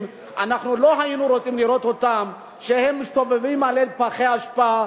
לא היינו רוצים לראות שהם מסתובבים ליד פחי אשפה,